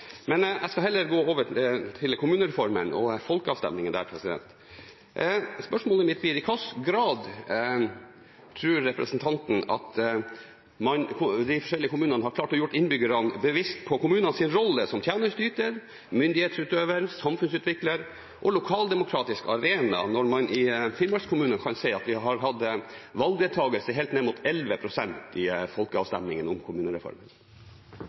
Men jeg skal heller gå over til kommunereformen og folkeavstemningen om den. Spørsmålet mitt blir: I hvilken grad tror representanten at de forskjellige kommunene har klart å gjøre innbyggerne bevisste på kommunens rolle som tjenesteyter, myndighetsutøver, samfunnsutvikler og lokaldemokratisk arena når man i Finnmarks-kommunene kan si at vi har hatt valgdeltakelse helt ned mot 11 pst. i folkeavstemningen om kommunereformen?